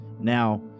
now